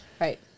right